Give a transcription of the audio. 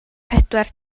pedwar